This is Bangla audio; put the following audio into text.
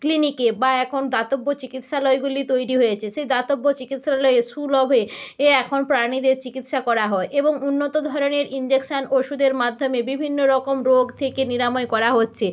ক্লিনিকে বা এখন দাতব্য চিকিৎসালয়গুলি তৈরী হয়েছে সেই দাতব্য চিকিৎসালয়ে সুলভে এ এখন প্রাণীদের চিকিৎসা করা হয় এবং উন্নত ধরনের ইনজেকশন ওষুধের মাধ্যমে বিভিন্ন রকম রোগ থেকে নিরাময় করা হচ্ছে